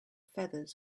feathers